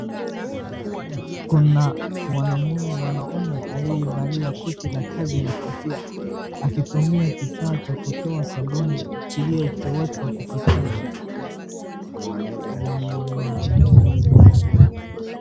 Kuna mwana, mwanamme aliyevalia koti la kazi na kofia akitumia kifaa cha kuto sabuni kilichowekwa ukutani na rangi nyeupe.